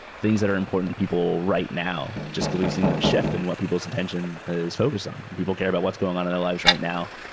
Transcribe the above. things that are important to people right now just because we've seen the shift and what people's attention is focused on. people care about what's going on in the lives right now.